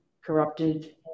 corrupted